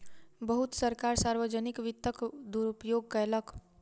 बहुत सरकार सार्वजनिक वित्तक दुरूपयोग कयलक